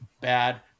Bad